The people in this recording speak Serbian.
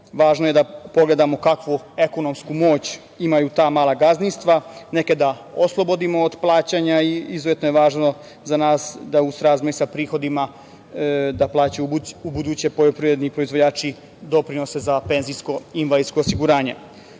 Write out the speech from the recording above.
važno je da pogledamo kakvu ekonomsku moć imaju ta mala gazdinstva, neka da oslobodimo plaćanja i izuzetno je važno za nas da u srazmeri sa prihodima plaćaju ubuduće poljoprivredni proizvođači doprinose za penzijsko i invalidsko osiguranje. Naravno,